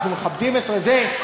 אנחנו מכבדים את זה,